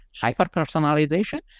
hyper-personalization